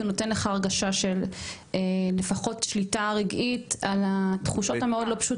כי הוא נותן לך הרגשה של לפחות שליטה רגעית על התחושות המאוד לא פשוטות.